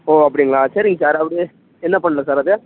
ஓ அப்படிங்களா சரிங்க சார் அப்படியே என்ன பண்ணணும் சார் அது